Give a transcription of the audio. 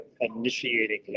initiating